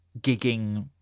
gigging